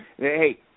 Hey